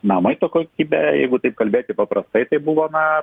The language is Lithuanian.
na maisto kokybė jeigu taip kalbėti paprastai tai buvo na